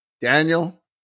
daniel